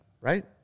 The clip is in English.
right